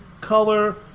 color